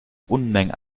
unmengen